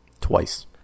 Twice